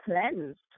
cleansed